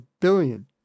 billion